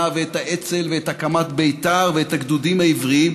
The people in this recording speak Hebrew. ואת האצ"ל ואת הקמת בית"ר ואת הגדודים העבריים,